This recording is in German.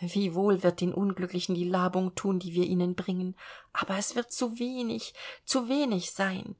wie wohl wird den unglücklichen die labung thun die wir ihnen bringen aber es wird zu wenig zu wenig sein